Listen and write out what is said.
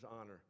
honor